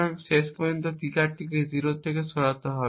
এবং শেষ পর্যন্ত ট্রিগারটিকে 0 থেকে সরাতে হবে